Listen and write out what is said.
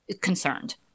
concerned